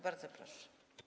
Bardzo proszę.